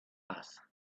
asked